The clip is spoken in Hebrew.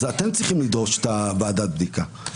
אתם צריכים לדרוש את ועדת הבדיקה.